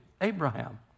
Abraham